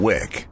Wick